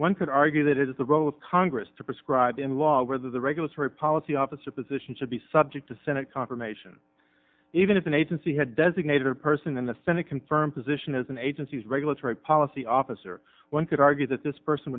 one could argue that it is the role of congress to prescribe in law whether the regulatory policy officer position should be subject to senate confirmation even if an agency had designated person in the senate confirmed position as an agency's regulatory policy officer one could argue that this person